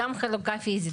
גם חלוקה פיזית.